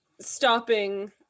stopping